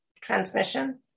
transmission